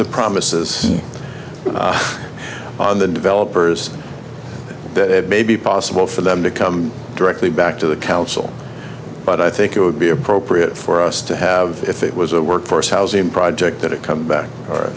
the promises on the developers that it may be possible for them to come directly back to the council but i think it would be appropriate for us to have if it was a workforce housing project that it come back or